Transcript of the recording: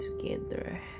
together